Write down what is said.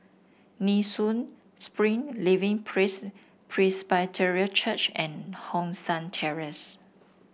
Nee Soon Spring Living Praise Presbyterian Church and Hong San Terrace